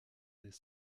des